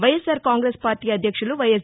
YSR Congress party అధ్యక్షులు YS